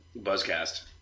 Buzzcast